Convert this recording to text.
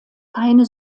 keine